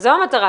זו המטרה.